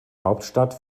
hauptstadt